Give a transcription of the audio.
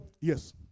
Yes